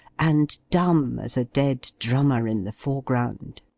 and dumb as a dead drummer in the foreground.